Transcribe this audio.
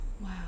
Wow